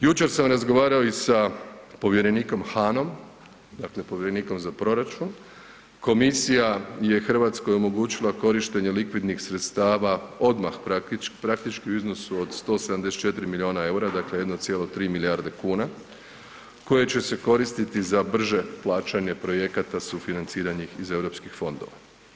Jučer sam razgovarao i sa povjerenikom Hanom, dakle povjerenikom za proračun, komisija je RH omogućila korištenje likvidnih sredstava odmah praktički u iznosu od 174 milijuna EUR-a, dakle 1,3 milijarde kuna koje će se koristiti za brže plaćanje projekata sufinanciranih iz Europskih fondova.